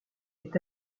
est